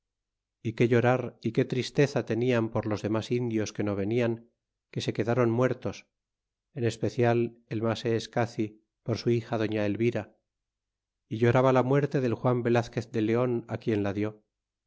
y qué llorar y qué tristeza tenían por los tiernas indios que no vendan que se quedron muertos en especial el maseescaci por su hija doña elvira y lloraba la muerte del juan yelazquez de leon quien la dió